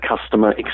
customer